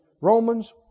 Romans